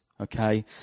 Okay